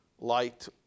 light